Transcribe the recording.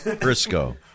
Briscoe